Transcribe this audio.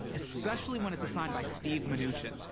especially when it's assigned by steve mnuchin.